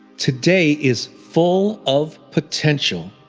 today is full of potential.